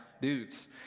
dudes